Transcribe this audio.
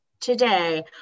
today